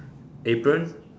apron